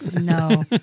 no